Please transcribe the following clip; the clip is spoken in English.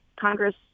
Congress